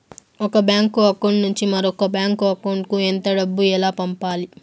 ఒక bank account నుంచి మరొక బ్యాంకు అకౌంట్ కు ఎంత డబ్బు ఎలా పంపాలి